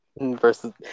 versus